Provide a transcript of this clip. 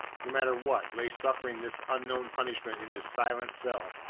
no matter what, lay suffering this unknown punishment in his silent cell,